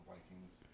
Vikings